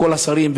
מכל השרים,